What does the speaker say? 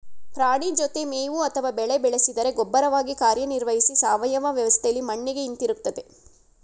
ಪ್ರಾಣಿ ಜೊತೆ ಮೇವು ಅಥವಾ ಬೆಳೆ ಬೆಳೆಸಿದರೆ ಗೊಬ್ಬರವಾಗಿ ಕಾರ್ಯನಿರ್ವಹಿಸಿ ಸಾವಯವ ವ್ಯವಸ್ಥೆಲಿ ಮಣ್ಣಿಗೆ ಹಿಂದಿರುಗ್ತದೆ